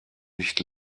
nicht